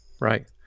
right